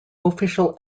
official